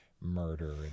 murder